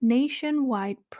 Nationwide